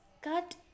cut